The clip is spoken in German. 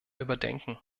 überdenken